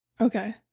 Okay